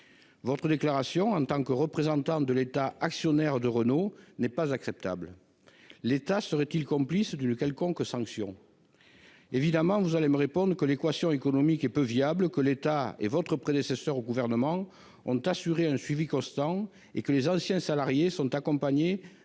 dégradée. En tant que représentant de l'État, actionnaire de Renault, vos propos ne sont pas acceptables : l'État serait-il complice d'une quelconque sanction ? Évidemment, vous me répondrez que l'équation économique est peu viable, que l'État et votre prédécesseur ont assuré un suivi constant et que les anciens salariés sont accompagnés